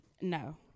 No